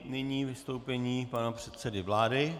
Nyní vystoupení pana předsedy vlády.